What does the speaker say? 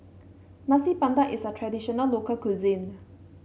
Nasi Padang is a traditional local cuisine